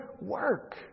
work